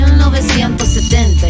1970